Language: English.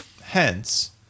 hence